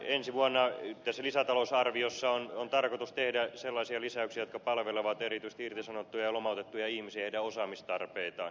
ensi vuonna tässä lisätalousarviossa on tarkoitus tehdä sellaisia lisäyksiä jotka palvelevat erityisesti irtisanottuja ja lomautettuja ihmisiä ja heidän osaamistarpeitaan